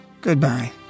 goodbye